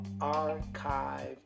archive